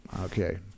Okay